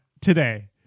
today